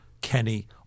Kenny